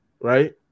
right